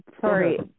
sorry